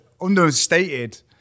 understated